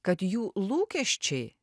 kad jų lūkesčiai